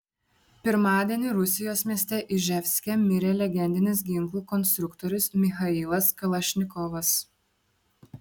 pirmadienį rusijos mieste iževske mirė legendinis ginklų konstruktorius michailas kalašnikovas